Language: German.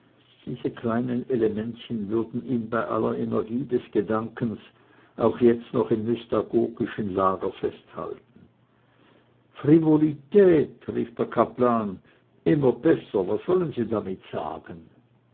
diese kleinen elementchen würden ihn bei aller energie des gedankens auch jetzt noch im mystagogischen lager festhalten frivolität rief der kaplan immer besser was wollen sie damit sagen